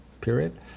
period